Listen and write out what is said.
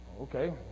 Okay